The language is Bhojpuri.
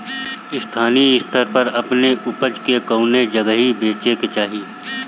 स्थानीय स्तर पर अपने ऊपज के कवने जगही बेचे के चाही?